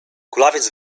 kulawiec